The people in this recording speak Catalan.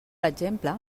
exemple